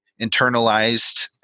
internalized